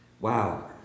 Wow